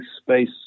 space